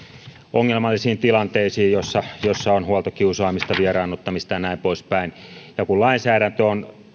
ongelmallisiin tilanteisiin joissa joissa on huoltokiusaamista vieraannuttamista ja näin poispäin ja kun lainsäädäntö on